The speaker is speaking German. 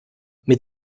mit